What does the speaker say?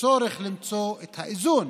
צריך למצוא את האיזון